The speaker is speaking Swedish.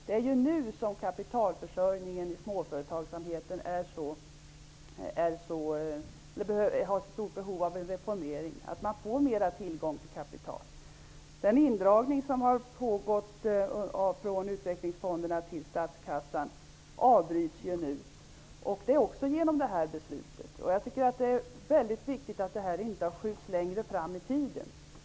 Det är ju nu som kapitalförsörjningen i småföretagen har ett så stort behov av reformering. På så sätt kan det bli mer tillgång till kapital. Den indragning av kapital som har pågått från utvecklingsfonderna till statskassan avbryts nu. Det sker också med hjälp av detta beslut. Jag tycker att det är viktigt att beslutet inte skjuts längre fram i tiden.